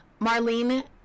Marlene